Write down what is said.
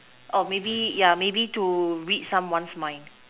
oh maybe yeah maybe to read someone mind